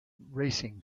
racing